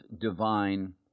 divine